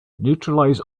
neutralize